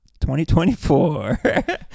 2024